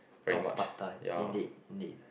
of pad-thai indeed indeed